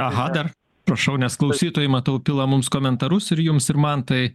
aha dar prašau nes klausytojai matau pila mums komentarus ir jums ir man tai